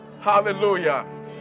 hallelujah